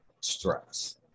stress